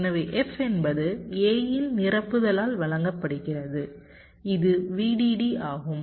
எனவே f என்பது A இன் நிரப்புதலால் வழங்கப்படுகிறது இது VDD ஆகும்